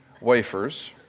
wafers